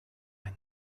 line